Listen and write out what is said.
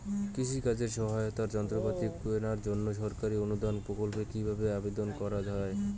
কৃষি কাজে সহায়তার যন্ত্রপাতি কেনার জন্য সরকারি অনুদান প্রকল্পে কীভাবে আবেদন করা য়ায়?